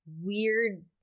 weird